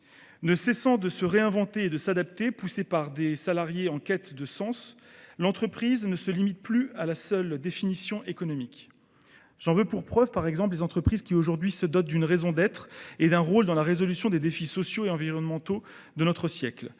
Ne cessant de se réinventer et de s’adapter, poussée par des salariés en quête de sens, l’entreprise ne se limite plus à sa seule définition économique. J’en veux pour preuve les entreprises qui se dotent d’une raison d’être et d’un rôle dans la résolution des défis sociaux et environnementaux de notre siècle.